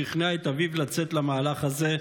שכנע את אביו לצאת למהלך הזה,